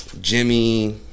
Jimmy